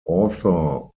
author